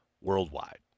worldwide